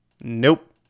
Nope